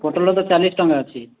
ପୋଟଳ ତ ଚାଲିଶ୍ ଟଙ୍କା ଅଛି